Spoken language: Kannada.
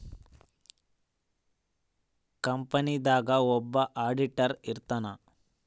ಕಂಪನಿ ದಾಗ ಒಬ್ಬ ಆಡಿಟರ್ ಇರ್ತಾನ